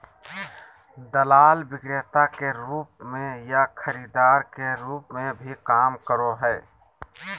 दलाल विक्रेता के रूप में या खरीदार के रूप में भी काम करो हइ